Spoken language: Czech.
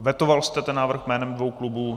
Vetoval jste ten návrh jménem dvou klubů?